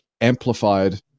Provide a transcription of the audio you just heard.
amplified